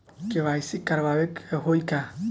KYC करावे के होई का?